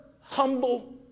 humble